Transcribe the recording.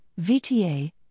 VTA